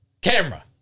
Camera